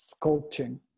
sculpting